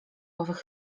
owych